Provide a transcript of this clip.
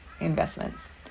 investments